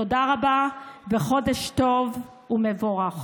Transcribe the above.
תודה רבה וחודש טוב ומבורך.